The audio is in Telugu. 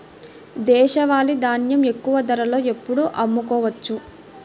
దేశవాలి ధాన్యం ఎక్కువ ధరలో ఎప్పుడు అమ్ముకోవచ్చు?